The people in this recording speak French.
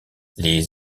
les